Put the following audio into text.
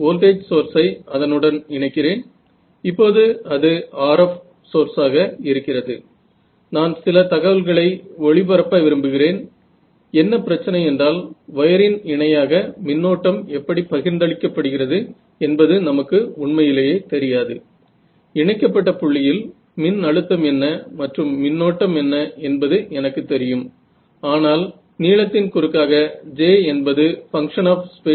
लिहू शकतो